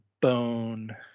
bone